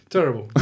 Terrible